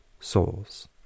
souls